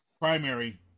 primary